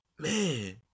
Man